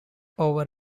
over